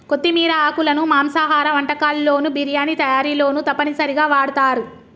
కొత్తిమీర ఆకులను మాంసాహార వంటకాల్లోను బిర్యానీ తయారీలోనూ తప్పనిసరిగా వాడుతారు